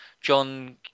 John